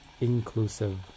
inclusive